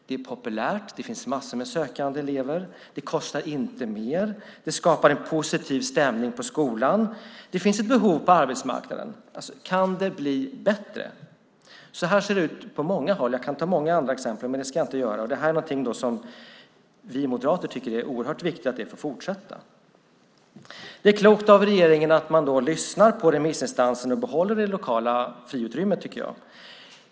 Det är populärt, det finns massor med sökande elever, det kostar inte mer, det skapar en positiv stämning på skolan och det finns ett behov på arbetsmarknaden. Kan det bli bättre? Så här ser det ut på många håll. Jag skulle kunna ta många exempel, men det ska jag inte göra. Vi moderater tycker att det är oerhört viktigt att det här får fortsätta. Det är klokt av regeringen att man lyssnar på remissinstanserna och behåller det lokala friutrymmet.